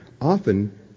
often